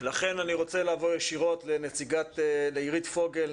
לכן אני רוצה לעבור לעירית פוגל,